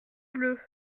bleus